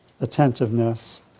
attentiveness